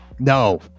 No